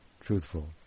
truthful